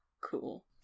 Cool